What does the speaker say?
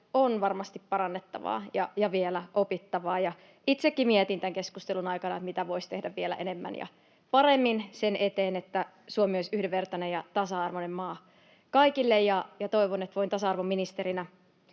on varmasti parannettavaa ja vielä opittavaa. Itsekin mietin tämän keskustelun aikana, mitä voisi tehdä vielä enemmän ja paremmin sen eteen, että Suomi olisi yhdenvertainen ja tasa-arvoinen maa kaikille, ja toivon, että voin tasa-arvon ministerinä